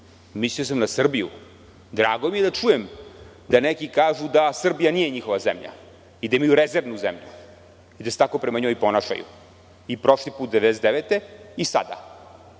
mislio sam na Srbiju. Drago mi je da čujem da neki kažu da Srbija nije njihova zemlja i da imaju rezervnu zemlju i da se tako prema njoj ponašaju, i prošli put, 1999.